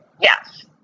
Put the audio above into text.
Yes